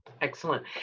excellent